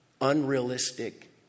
unrealistic